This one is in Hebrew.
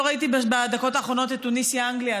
לא ראיתי בדקות האחרונות את טוניסיה אנגליה,